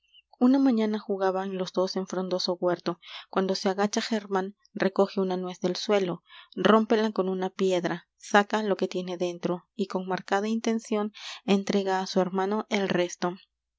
n a jugaban los dos en frondoso huerto v cuando se agacha g e r m á n recoge una nuez del suelo rómpela con una piedra saca k que tiene dentro yícon marcada intención entrega á su hermano el resto